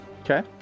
Okay